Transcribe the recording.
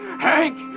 Hank